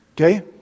Okay